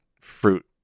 fruit